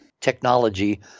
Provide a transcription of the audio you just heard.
technology